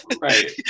Right